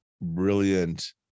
brilliant